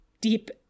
deep